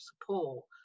support